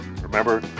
Remember